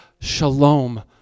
shalom